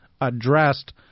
addressed